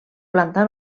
planta